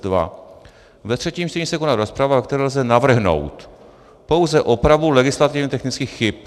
2: Ve třetím čtení se koná rozprava, ve které lze navrhnout pouze opravu legislativně technických chyb.